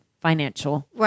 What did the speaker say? financial